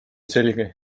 selge